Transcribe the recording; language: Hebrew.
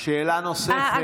שאלה נוספת.